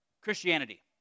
Christianity